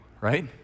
right